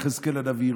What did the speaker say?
יחזקאל הנביא,